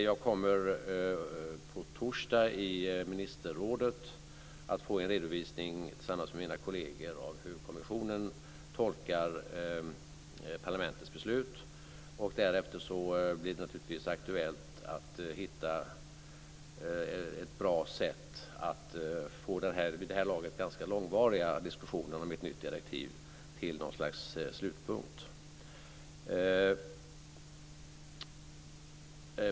Jag kommer på torsdag tillsammans med mina kolleger att i ministerrådet få en redovisning av hur kommissionen tolkar parlamentets beslut. Därefter blir det naturligtvis aktuellt att hitta ett bra sätt att få den vid det här laget ganska långvariga diskussionen om ett nytt direktiv till något slags slutpunkt.